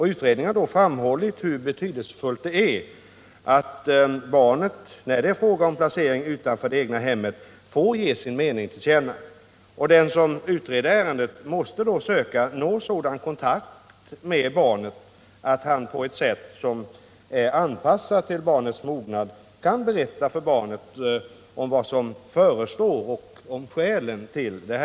Utredningen har därvid framhållit hur betydelsefullt det är att barnet, när det är fråga om placering utanför det egna hemmet, får ge sin mening till känna. Den som utreder ärendet måste söka nå sådan kontakt med barnet att han på ett sätt som är anpassat till barnets mognad kan berätta för barnet vad som förestår och skälen till det.